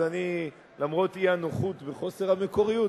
אז למרות אי-הנוחות וחוסר המקוריות,